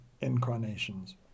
incarnations